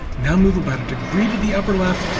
now move about a degree to the upper left,